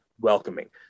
welcoming